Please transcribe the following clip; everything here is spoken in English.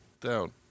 Down